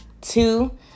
Two